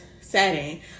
setting